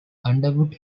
underwood